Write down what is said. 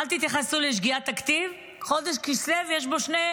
ואל תתייחסו לשגיאת הכתיב: בחודש כסלו,